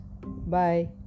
bye